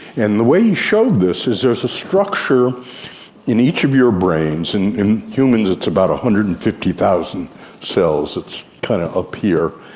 and the way he showed this is there is a structure in each of your brains, and in humans it's about one hundred and fifty thousand cells it's kind of up here.